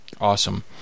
Awesome